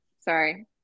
sorry